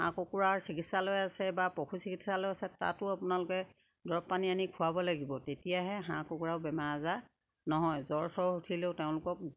হাঁহ কুকুৰাৰ চিকিৎসালয় আছে বা পশু চিকিৎসালয় আছে তাতো আপোনালোকে দৰৱ পানী আনি খুৱাব লাগিব তেতিয়াহে হাঁহ কুকুৰাও বেমাৰ আজাৰ নহয় জ্বৰ চৰ উঠিলেও তেওঁলোকক